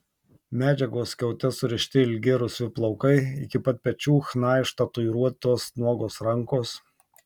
medžiagos skiaute surišti ilgi rusvi plaukai iki pat pečių chna ištatuiruotos nuogos rankos